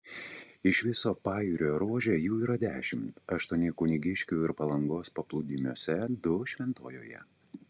iš viso pajūrio ruože jų yra dešimt aštuoni kunigiškių ir palangos paplūdimiuose du šventojoje